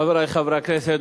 חברי חברי הכנסת,